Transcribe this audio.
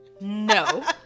No